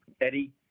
Eddie